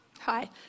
Hi